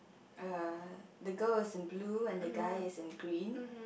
err the girl is in blue and the guy is in green